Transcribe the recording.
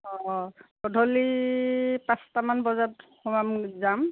অঁ গধূলি পাঁচটামান বজাত সোমাম যাম